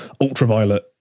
ultraviolet